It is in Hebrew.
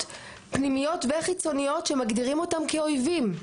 פנימיות וחיצוניות שמגדירים אותם כאויבים,